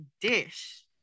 dish